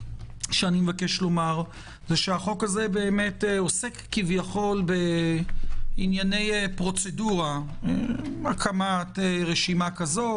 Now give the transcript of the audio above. החוק הזה עוסק כביכול בענייני פרוצדורה - הקמת רשימה כזו,